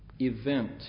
event